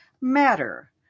matter